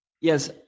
Yes